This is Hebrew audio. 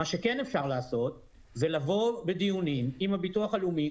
מה שכן אפשר לעשות זה לבוא בדיונים עם הביטוח הלאומי,